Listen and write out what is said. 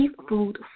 seafood